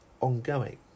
ongoing